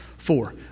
Four